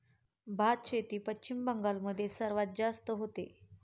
भातशेती पश्चिम बंगाल मध्ये सर्वात जास्त होते